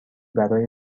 برای